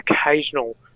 occasional